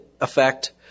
effect